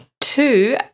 Two